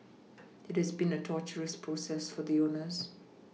it has been a torturous process for the owners